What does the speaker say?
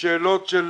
לשאלות של